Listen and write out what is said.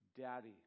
daddy